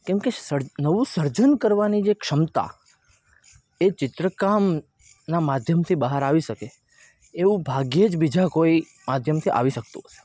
કેમકે નવું સર્જન કરવાની જે ક્ષમતા એ ચિત્રકામનાં માધ્યમથી બહાર આવી શકે એવું ભાગ્યે જ બીજા કોઈ માધ્યમથી આવી શકતું હશે